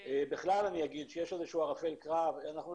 בגלל שזה דיון פתוח, אני חושב שלא